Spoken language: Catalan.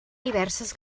diverses